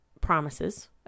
promises